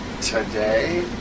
today